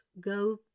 go